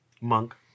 Monk